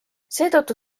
seetõttu